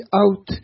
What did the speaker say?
out